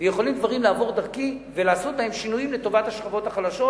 ויכולים דברים לעבור דרכי ונעשים בהם שינויים לטובת השכבות החלשות.